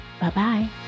Bye-bye